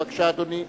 בבקשה, אדוני.